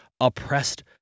oppressed